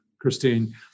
christine